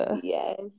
Yes